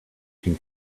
can